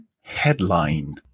headline